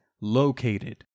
located